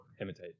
Imitate